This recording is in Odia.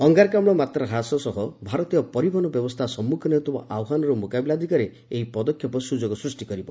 ଅଙ୍ଗାରକାମ୍କ ମାତ୍ରା ହ୍ରାସ ସହ ଭାରତୀୟ ପରିବହନ ବ୍ୟବସ୍ଥା ସମ୍ମୁଖୀନ ହେଉଥିବା ଆହ୍ୱାନର ମୁକାବିଲା ଦିଗରେ ଏହି ପଦକ୍ଷେପ ସ୍ରଯୋଗ ସୃଷ୍ଟି କରିବ